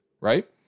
right